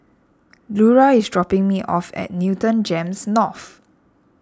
Lura is dropping me off at Newton Gems North